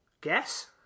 Guess